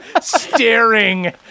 staring